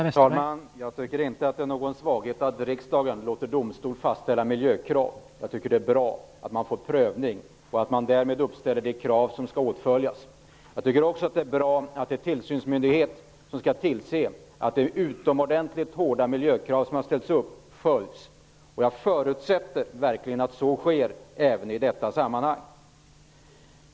Herr talman! Jag tycker inte att det är någon svaghet att riksdagen låter domstol fastställa miljökrav. Det är bra att man får en prövning och därmed uppställer de krav som skall åtföljas. Jag tycker också att det är bra att det är en tillsynsmyndighet som skall tillse att de utomordentligt hårda miljökrav som ställts upp följs. Jag förutsätter att så sker i även detta sammanhang.